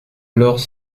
alors